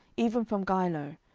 even from giloh,